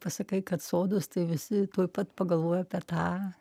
pasakai kad sodas tai visi tuoj pat pagalvojo per tą